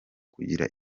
gukira